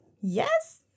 Yes